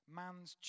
man's